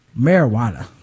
Marijuana